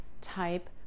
type